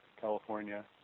California